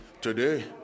Today